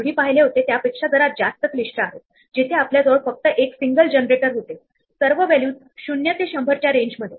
तेव्हा या अशा सर्व पोझिशन आहे जिथे मूळ पोझिशन पासून जाता येईल जिथे नाईट मुव्ह होत आहे आणि यापैकी हे आठ आहेत